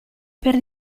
per